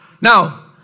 Now